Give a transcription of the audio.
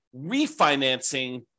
refinancing